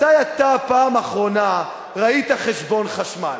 מתי אתה פעם אחרונה ראית חשבון חשמל?